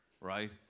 right